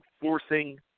forcing